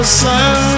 sun